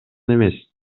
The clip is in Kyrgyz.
эмес